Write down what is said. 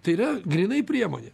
tai yra grynai priemonė